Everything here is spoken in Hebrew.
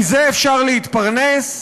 מזה אפשר להתפרנס?